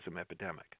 epidemic